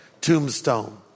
tombstone